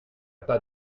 pas